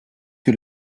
que